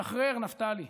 שחרר, נפתלי.